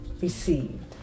received